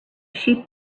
sheep